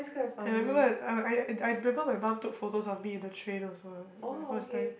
I remember when I I I remember my mum took photos on me in the train also when I first time